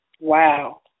Wow